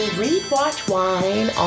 readwatchwine